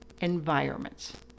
environments